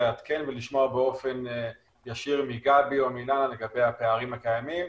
לעדכן ולשמוע באופן ישיר מגבי או מאילנה לגבי הפערים הקיימים.